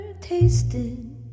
tasted